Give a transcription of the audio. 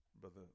Brother